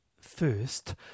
first